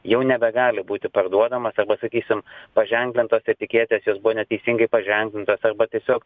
jau nebegali būti parduodamas arba sakysim paženklintos etiketės jos buvo neteisingai paženklintos arba tiesiog